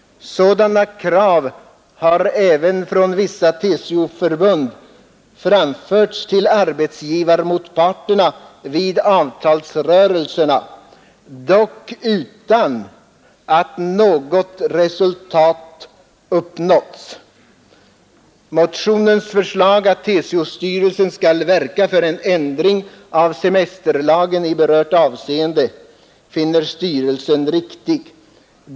Sådana krav har även från vissa TCO-förbund framförts till arbetsgivarmotparterna vid avtalsrörelserna, dock utan att något resultat uppnåtts. Motionens förslag att TCO-styrelsen skall verka för en ändring av semesterlagen i berört avseende finner styrelsen riktigt.